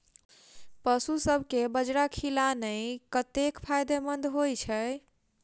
पशुसभ केँ बाजरा खिलानै कतेक फायदेमंद होइ छै?